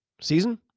Season